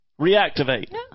Reactivate